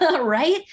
Right